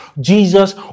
jesus